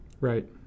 Right